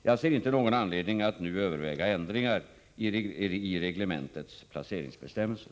Jag ser inte någon anledning att nu överväga ändringar i reglementets placeringsbestämmelser.